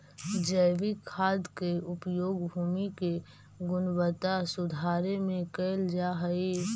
जैविक खाद के उपयोग भूमि के गुणवत्ता सुधारे में कैल जा हई